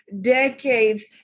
decades